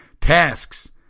tasks